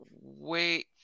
wait